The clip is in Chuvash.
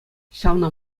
ҫавна